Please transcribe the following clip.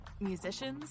musicians